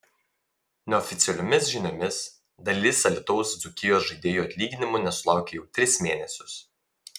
neoficialiomis žiniomis dalis alytaus dzūkijos žaidėjų atlyginimų nesulaukia jau tris mėnesius